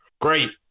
great